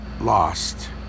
lost